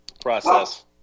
process